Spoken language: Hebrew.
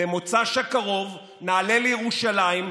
במוצ"ש הקרוב נעלה לירושלים,